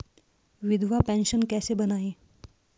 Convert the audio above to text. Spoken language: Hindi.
विधवा पेंशन कैसे बनवायें?